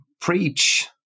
preach